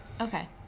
Okay